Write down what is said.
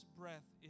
breath